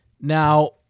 Now